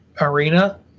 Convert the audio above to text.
arena